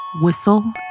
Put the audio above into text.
Whistle